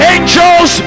Angels